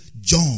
John